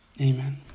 Amen